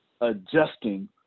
adjusting